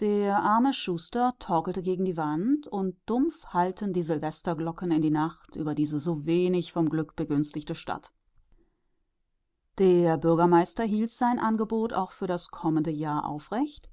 der arme schuster torkelte gegen die wand und dumpf hallten die silvesterglocken in die nacht über diese so wenig vom glück begünstigte stadt der bürgermeister hielt sein angebot auch für das kommende jahr aufrecht